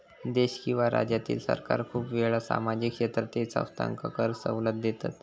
देश किंवा राज्यातील सरकार खूप वेळा सामाजिक क्षेत्रातील संस्थांका कर सवलत देतत